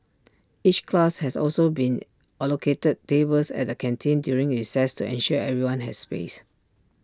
each class has also been allocated tables at the canteen during recess to ensure everyone has space